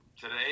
today